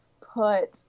put